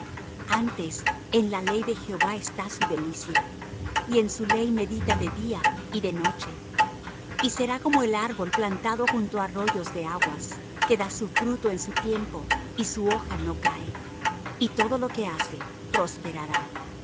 antes en la ley de jehová está su delicia y en su ley medita de día y de noche y será como el árbol plantado junto á arroyos de aguas que da su fruto en su tiempo y su hoja no cae y todo lo que hace prosperará